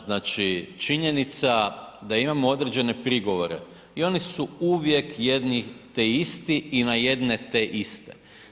Znači činjenica da imamo određene prigovore i oni su uvijek jedni te isti i na jedne te iste.